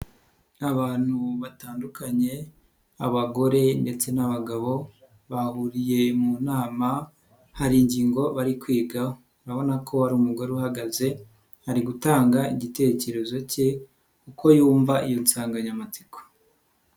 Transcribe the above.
Abantu batandukanye abagore ndetse n'abagabo bahuriye mu nama hari ingingo bari kwiga, urabona ko hari umugore uhagaze ari gutanga igitekerezo ke uko yumva iyo nsanganyamatsiko.